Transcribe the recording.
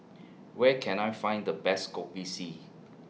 Where Can I Find The Best Kopi C